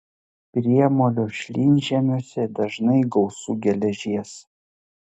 priemolio šlynžemiuose dažnai gausu geležies